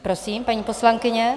Prosím, paní poslankyně.